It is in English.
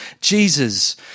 Jesus